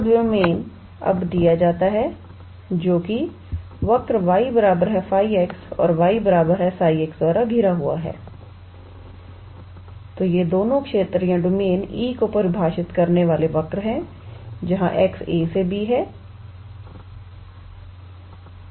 तो डोमेन अब दिया जाता है जोकि वक्र 𝑦 𝜑𝑥 और 𝑦 𝜓𝑥 द्वारा घिरा हुआ है तो ये दोनों क्षेत्र या डोमेन E को परिभाषित करने वाले वक्र हैं जहां 𝑎 ≤ 𝑥 ≤ 𝑏 हैं